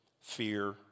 fear